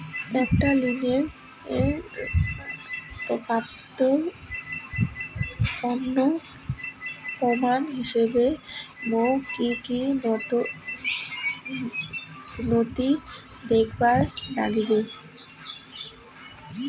একটা ঋণ প্রাপ্তির তন্ন প্রমাণ হিসাবে মোক কী কী নথি দেখেবার নাগিবে?